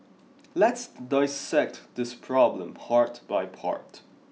let's dissect this problem part by part